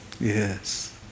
yes